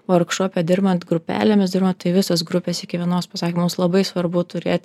vorkšope dirbant grupelėmis dirbant tai visos grupės iki vienos pasakė mums labai svarbu turėti